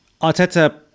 Arteta